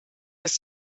des